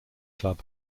club